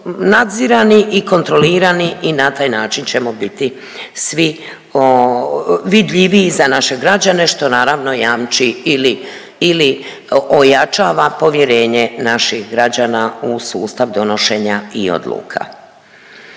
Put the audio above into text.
nadzirani i kontrolirani i na taj način ćemo biti svi vidljiviji za naše građane, što naravno jamči ili, ili ojačava povjerenje naših građana u sustav donošenja i odluka.